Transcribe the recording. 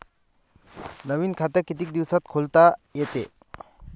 नवीन खात कितीक दिसात खोलता येते?